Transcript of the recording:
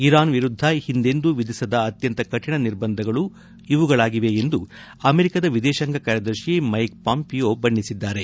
Iran ವಿರುದ್ದ ಹಿಂದೆಂದೂ ವಿಧಿಸದ ಅತ್ಲಂತ ಕಠಿಣ ನಿರ್ಬಂಧಗಳು ಇವುಗಳಾಗಿವೆ ಎಂದು ಅಮೆರಿಕಾದ ವಿದೇಶಾಂಗ ಕಾರ್ಯದರ್ಶಿ ಮೈಕ್ ಪಾಂಪಿಯೋ ಬಣ್ಣೆಸಿದ್ದಾರೆ